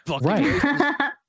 right